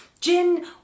Gin